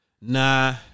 Nah